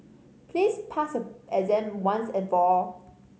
please pass your exam once and for all